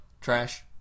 trash